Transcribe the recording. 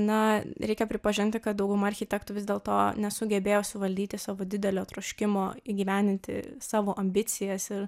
na reikia pripažinti kad dauguma architektų vis dėlto nesugebėjo suvaldyti savo didelio troškimo įgyvendinti savo ambicijas ir